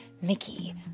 Mickey